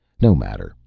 no matter,